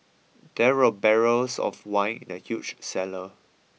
there were barrels of wine in the huge cellar